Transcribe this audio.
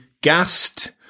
gassed